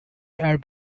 air